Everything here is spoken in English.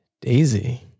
Daisy